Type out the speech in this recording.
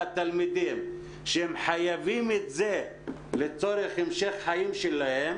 התלמידים שחייבים את זה לצורך המשך החיים שלהם.